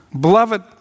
Beloved